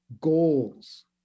goals